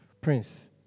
Prince